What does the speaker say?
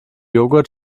jogurt